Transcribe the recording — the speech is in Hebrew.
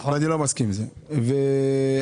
לך,